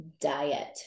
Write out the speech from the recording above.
diet